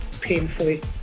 painfully